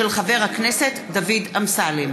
של חבר הכנסת דוד אמסלם.